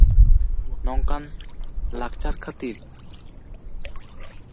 ᱱᱚᱝᱠᱟᱱ ᱞᱟᱠᱪᱟᱨ ᱠᱷᱟᱹᱛᱤᱨ